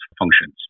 functions